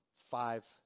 Five